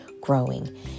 growing